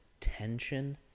tension